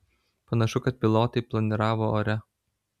panašu kad pilotai planiravo ore